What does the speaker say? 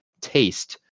taste